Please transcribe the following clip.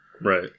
Right